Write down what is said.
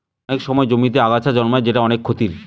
অনেক সময় জমিতে আগাছা জন্মায় যেটা অনেক ক্ষতির